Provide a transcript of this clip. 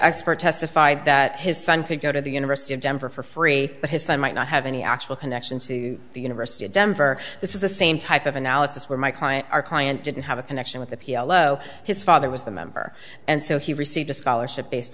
expert testified that his son could go to the university of denver for free but his son might not have any actual connections to the university of denver this is the same type of analysis where my client our client didn't have a connection with the p l o his father was the member and so he received a scholarship based